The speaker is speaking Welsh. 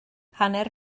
hanner